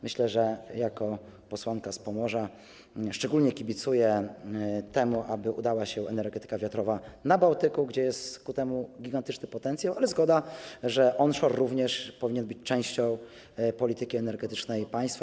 Myślę, że jako posłanka z Pomorza szczególnie kibicuje temu, aby udała się energetyka wiatrowa na Bałtyku, gdzie jest w tym zakresie gigantyczny potencjał, ale zgoda, że onshore również powinien być częścią polityki energetycznej państwa.